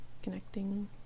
Connecting